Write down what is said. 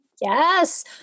yes